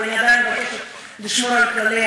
אבל אני עדיין מבקשת לשמור על כללי